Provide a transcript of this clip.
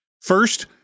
First